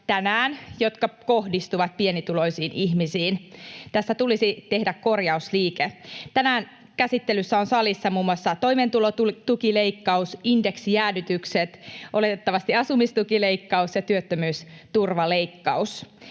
jotka kohdistuvat pienituloisiin ihmisiin. Tässä tulisi tehdä korjausliike. Tänään käsittelyssä on salissa muun muassa toimeentulotukileikkaus, indeksijäädytykset, oletettavasti asumistukileikkaus ja työttömyysturvaleikkaus.